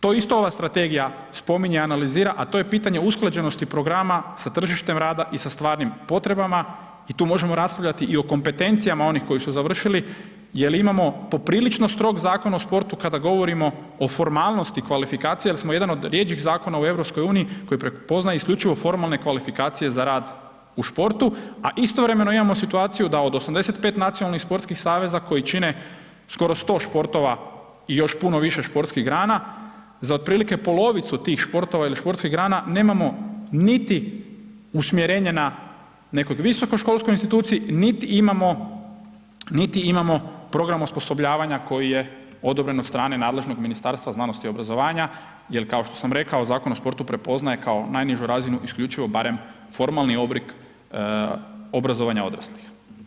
To isto ova strategija spominje, analizira, a to je pitanje usklađenosti programa s tržištem rada i sa stvarnim potrebama i tu možemo raspravljati i o kompetencijama onih koji su završili jer imamo poprilično strog Zakon o sportu kada govorimo o formalnosti kvalifikacija jer smo jedan od rjeđih zakona u EU koji prepoznaje isključivo formalne kvalifikacije za rad u športu, a istovremeno imamo situaciju da od 85 nacionalnih sportskih saveza koji čine skoro 100 športova i još puno više športskih grana, za otprilike polovicu tih športova i športskih grana nemamo niti usmjerenje na neko visokoškolskoj instituciji niti imamo program osposobljavanja koji je odobren od strane nadležnog ministarstva znanosti i obrazovanja jer kao što sam rekao, Zakon o sportu prepoznaje kao najnižu razinu isključivo barem formalni oblik obrazovanja odraslih.